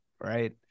Right